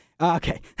Okay